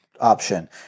option